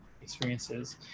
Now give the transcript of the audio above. experiences